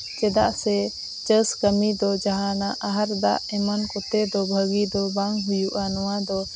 ᱪᱮᱫᱟᱜ ᱥᱮ ᱪᱟᱥ ᱠᱟᱹᱢᱤ ᱫᱚ ᱡᱟᱦᱟᱱᱟᱜ ᱟᱦᱟᱨ ᱫᱟᱜ ᱮᱢᱟᱱ ᱠᱚᱛᱮ ᱫᱚ ᱵᱷᱟᱹᱜᱤ ᱫᱚ ᱵᱟᱝ ᱦᱩᱭᱩᱜᱼᱟ ᱱᱚᱣᱟ ᱫᱚ